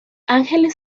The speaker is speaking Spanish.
ángeles